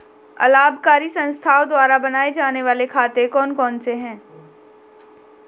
अलाभकारी संस्थाओं द्वारा बनाए जाने वाले खाते कौन कौनसे हैं?